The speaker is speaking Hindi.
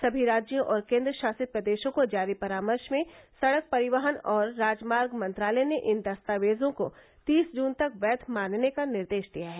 सभी राज्यों और केन्द्र शासित प्रदेशों को जारी परामर्श में सड़क परिवहन और राजमार्ग मंत्रालय ने इन दस्तावेजों को तीस जुन तक वैद मानने का निर्देश दिया है